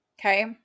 okay